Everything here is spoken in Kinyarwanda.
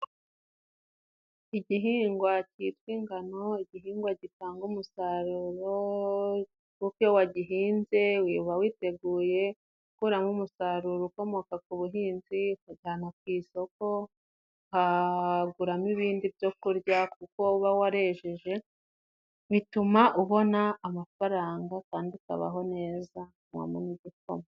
Igihingwa citwa ingano, igihingwa gitanga umusaruro kuko iyo wagihinze uba witeguye gukuramo umusaruro ukomoka ku buhinzi. Ugujana ku isoko uguramo ibindi byo kurya kuko uba warejeje bituma ubona amafaranga kandi ukabaho neza, ukanwamo n'igikoma.